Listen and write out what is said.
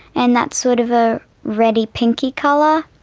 and that's sort of a red-y, pink-y colour.